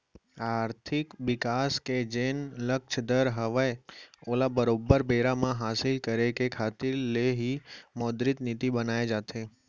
आरथिक बिकास के जेन लक्छ दर हवय ओला बरोबर बेरा म हासिल करे के खातिर ले ही मौद्रिक नीति बनाए जाथे